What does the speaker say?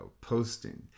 Posting